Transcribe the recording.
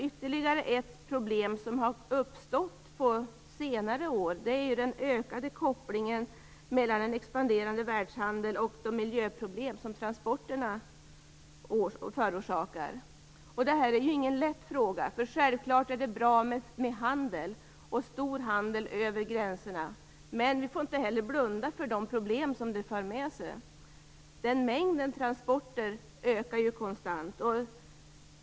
Ytterligare ett problem som har uppstått på senare år är den ökade kopplingen mellan en expanderande världshandel och de miljöproblem som transporterna förorsakar. Det här är ingen lätt fråga. Självklart är det bra med handel, stor handel, över gränserna, men vi får inte heller blunda för de problem som den för med sig. Mängden transporter ökar konstant.